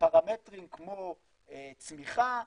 מפרמטרים כמו צמיחה,